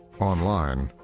online,